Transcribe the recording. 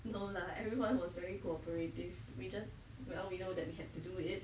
no lah everyone was very cooperative we just well we know that we had to do it